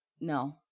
No